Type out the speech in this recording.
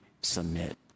submit